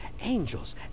angels